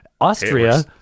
austria